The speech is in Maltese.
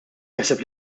jaħseb